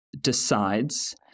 decides